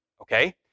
okay